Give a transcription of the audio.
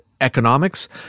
economics